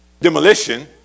Demolition